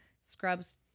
scrubs